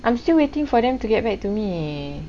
I'm still waiting for them to get back to me